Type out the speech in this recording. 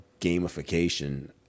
gamification